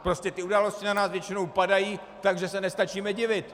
Prostě ty události na nás většinou padají tak, že se nestačíme divit.